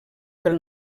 pel